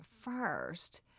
first